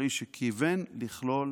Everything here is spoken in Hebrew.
הרי שכיוון לכלול